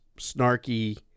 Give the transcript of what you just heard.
snarky